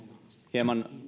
hieman